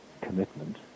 commitment